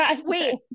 Wait